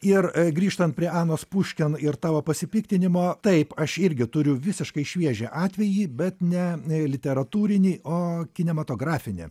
ir grįžtant prie anos pušken ir tavo pasipiktinimo taip aš irgi turiu visiškai šviežią atvejį bet ne literatūrinį o kinematografinį